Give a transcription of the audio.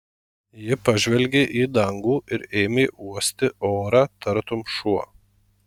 ji pažvelgė į dangų ir ėmė uosti orą tartum šuo